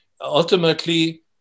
ultimately